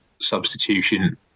substitution